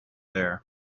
there